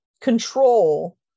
control